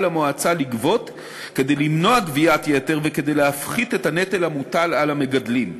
המועצה לגבות כדי למנוע גביית יתר וכדי להפחית את הנטל המוטל על המגדלים.